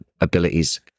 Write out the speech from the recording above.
abilities